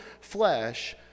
flesh